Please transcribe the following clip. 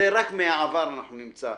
רק מן העבר אנחנו נמצא,